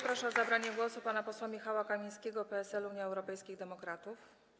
Proszę o zabranie głosu pana posła Michała Kamińskiego, PSL - Unia Europejskich Demokratów.